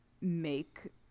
make